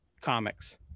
comics